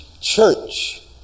church